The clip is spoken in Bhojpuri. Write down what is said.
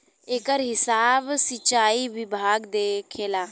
एकर हिसाब सिचाई विभाग देखेला